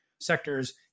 sectors